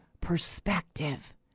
perspective